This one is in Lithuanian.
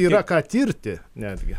yra ką tirti netgi